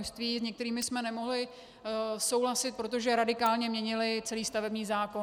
S některými jsme nemohli souhlasit, protože radikálně měnily celý stavební zákon.